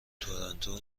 تورنتو